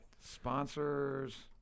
Sponsors